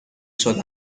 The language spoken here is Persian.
شده